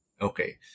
Okay